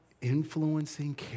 influencing